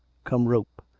come rope!